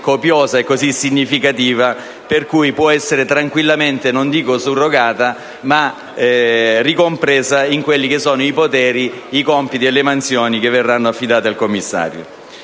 copiosa e così significativa, per cui può essere tranquillamente, non dico surrogata, ma ricompresa nei poteri, nei compiti e nelle mansioni che verranno affidate al commissario,